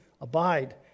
abide